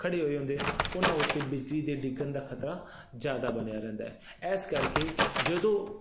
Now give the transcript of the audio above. ਖੜ੍ਹੇ ਹੋਏ ਹੁੰਦੇ ਉਹਨਾਂ ਉਤੇ ਬਿਜਲੀ ਦੇ ਡਿੱਗਣ ਦਾ ਖ਼ਤਰਾ ਜ਼ਿਆਦਾ ਬਣਿਆ ਰਹਿੰਦਾ ਇਸ ਕਰਕੇ ਜਦੋਂ